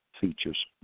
features